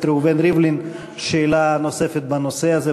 ראובן ריבלין שאלה נוספת בנושא הזה.